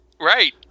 Right